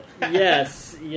Yes